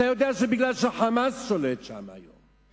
אתה יודע שבגלל שה"חמאס" שולט שם היום,